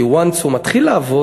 כי once הוא מתחיל לעבוד,